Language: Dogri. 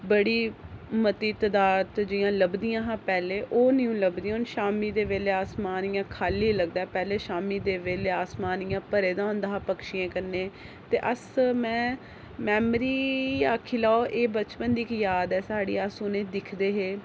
बड़ी मती तादाद च जि'यां लभदियां हां पैह्ले ओह् नीं हून लभदियां शामी दे बेल्लै आसमान इ'यां खाली लभदा पैह्ले शामीं दे बेल्ले आसमान इ'यां भरे दा होंदा हा पक्षियें कन्ने ते अस में मैमरी आक्खी लेओ एह् बचपन दी गै याद ऐ साढ़ी अस उ'नेंगी दिक्खदे हे